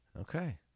Okay